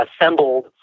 assembled